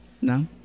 no